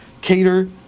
cater